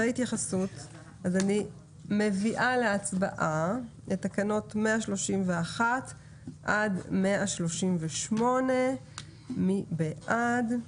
אני מביאה להצבעה את אישור תקנות 131 עד 138. מי בעד?